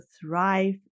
thrive